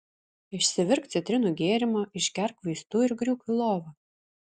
išsivirk citrinų gėrimo išgerk vaistų ir griūk į lovą